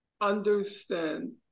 understand